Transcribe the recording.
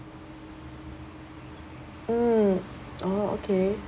mm oh okay